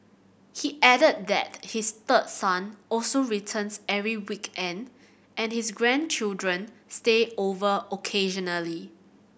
he added that his third son also returns every weekend and his grandchildren stay over occasionally